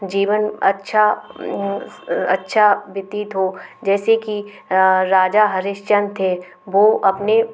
जीवन अच्छा अच्छा व्यतीत हो जैसे की राजा हरिश्चन्द्र थे वह अपने